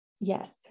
Yes